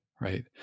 right